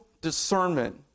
discernment